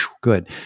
Good